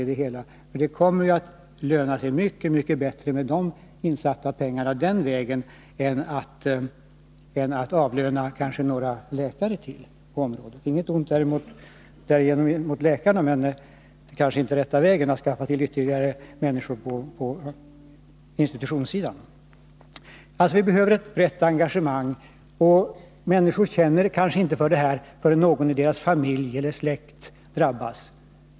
Att satsa pengar den vägen skulle löna sig mycket mer än att kanske avlöna några läkare till på vårdområdet — därmed inget ont sagt om läkarna, men det är kanske inte rätt väg att gå att inrätta ytterligare tjänster på institutionssidan. Vi behöver således ett brett engagemang. Människor känner kanske inte för det här förrän någon i deras familj eller släkt drabbas.